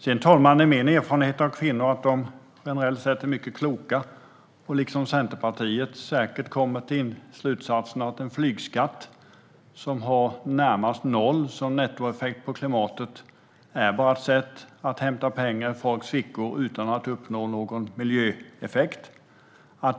Sedan, herr talman, är min erfarenhet av kvinnor att de generellt sett är mycket kloka och liksom Centerpartiet säkert kommer till slutsatsen att en flygskatt, som har närmast noll nettoeffekt på klimatet, bara är ett sätt att hämta pengar ur folks fickor utan att uppnå någon miljöeffekt.